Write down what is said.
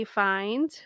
find